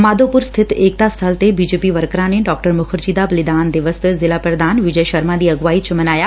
ਮਾਧੋਪੁਰ ਸਬਿਤ ਏਕਤਾ ਸਬਲ ਤੇ ਬੀਜੇਪੀ ਵਰਕਰਾਂ ਨੇ ਡਾ ਮੁਖਰਜੀ ਦਾ ਬਲੀਦਾਨ ਦਿਵਸ ਜ਼ਿਲੁਾ ਪੁਧਾਨ ਵਿਜੈ ਸ਼ਰਮਾ ਦੀ ਅਗਵਾਈ ਚ ਮਨਾਇਆ